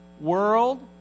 World